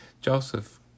Joseph